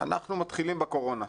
אנחנו מתחילים בקורונה.